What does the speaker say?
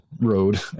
road